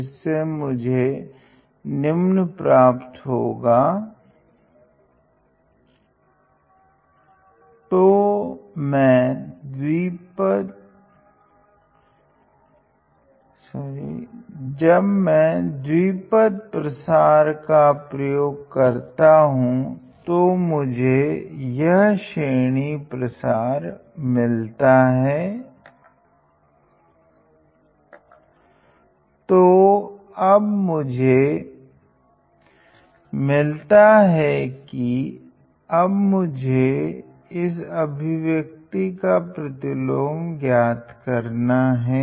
जब मैं द्विपद प्रसार कप्रयोग करता हूँ तो मुझे यह श्रेणी प्रसार मिलता हैं तो अब मुझे मिलता है कि अब मुझे इस अभिव्यक्ति का प्रतिलोम ज्ञात करना हैं